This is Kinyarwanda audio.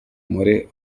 muri